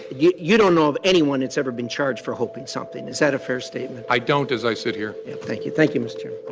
you you don't know of anyone that's ever been charged for hoping something. is that a fair statement? i don't as i sit here thank you. thank you, mr.